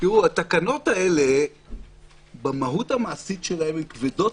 התקנות הלאה במהות המעשית שלהן הן כבדות